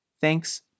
thanks